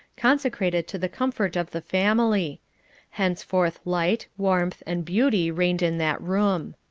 consecrated to the comfort of the family thenceforth light, warmth, and beauty reigned in that room.